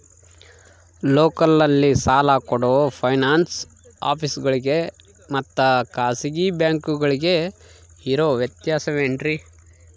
ಲೋಕಲ್ನಲ್ಲಿ ಸಾಲ ಕೊಡೋ ಫೈನಾನ್ಸ್ ಆಫೇಸುಗಳಿಗೆ ಮತ್ತಾ ಖಾಸಗಿ ಬ್ಯಾಂಕುಗಳಿಗೆ ಇರೋ ವ್ಯತ್ಯಾಸವೇನ್ರಿ?